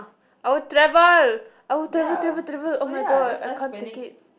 I would travel I would travel travel travel oh-my-god I can't think it